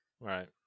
Right